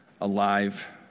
alive